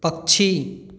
पक्षी